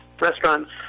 restaurant's